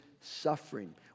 suffering